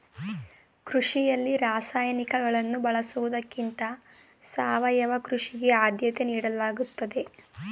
ಕೃಷಿಯಲ್ಲಿ ರಾಸಾಯನಿಕಗಳನ್ನು ಬಳಸುವುದಕ್ಕಿಂತ ಸಾವಯವ ಕೃಷಿಗೆ ಆದ್ಯತೆ ನೀಡಲಾಗುತ್ತದೆ